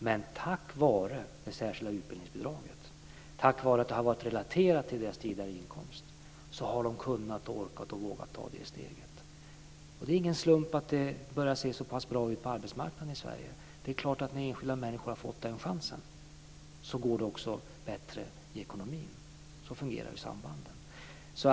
Men tack vare det särskilda utbildningsbidraget och tack vare att det har varit relaterat till deras tidigare inkomst har de kunnat, orkat och vågat ta steget. Det är ingen slump att det börjar se så pass bra ut på arbetsmarknaden i Sverige. När enskilda människor har fått den här chansen så går det förstås också bättre i ekonomin. Så fungerar ju sambanden.